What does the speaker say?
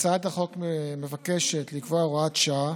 הצעת החוק מבקשת לקבוע הוראת שעה